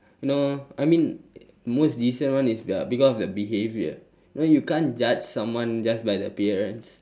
you know I mean most decent one is the because the behaviour you know you can't judge someone just by the appearance